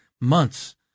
months